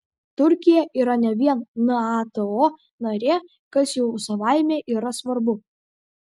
turkija yra ne vien nato narė kas jau savaime yra svarbu